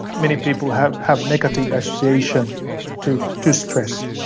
many people have have negative association to to stress